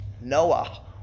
Noah